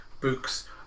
books